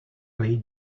rei